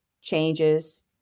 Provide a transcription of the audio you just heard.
changes